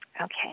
Okay